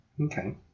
Okay